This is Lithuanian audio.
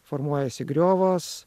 formuojasi griovos